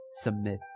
submit